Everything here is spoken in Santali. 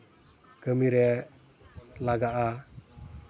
ᱠᱟᱹᱢᱤᱨᱮ ᱞᱟᱜᱟᱜᱼᱟ